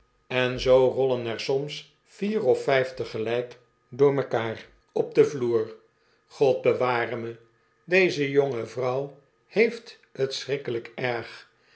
en zoo rotlen er soms vier of vijf tegelijk door mekaar een reiziger die geen handel drijft op den vloer god beware me deze jonge vrouw heeft t schrikkelijk erg